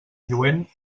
lluent